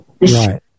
Right